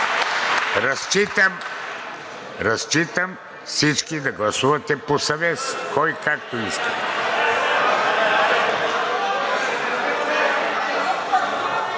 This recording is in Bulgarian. Разчитам всички да гласувате по съвест, кой както иска.